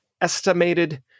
estimated